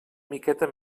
miqueta